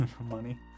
money